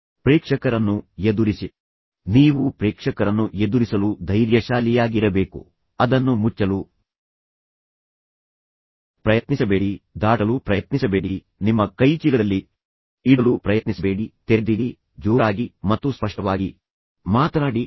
ಆದ್ದರಿಂದ ನೀವು ಪ್ರೇಕ್ಷಕರನ್ನು ಎದುರಿಸಲು ಮತ್ತು ಅಂಗೈಯನ್ನು ತೆರೆದಿಟ್ಟುಕೊಳ್ಳುವಷ್ಟು ಧೈರ್ಯಶಾಲಿಯಾಗಿರಬೇಕು ಆದ್ದರಿಂದ ಅದನ್ನು ಮುಚ್ಚಲು ಪ್ರಯತ್ನಿಸಬೇಡಿ ದಾಟಲು ಪ್ರಯತ್ನಿಸಬೇಡಿ ನಿಮ್ಮ ಕೈಚೀಲದಲ್ಲಿ ಇಡಲು ಪ್ರಯತ್ನಿಸಬೇಡಿ ತೆರೆದಿಡಿ ಜೋರಾಗಿ ಮತ್ತು ಸ್ಪಷ್ಟವಾಗಿ ಮಾತನಾಡಿ